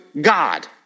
God